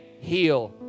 heal